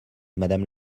madame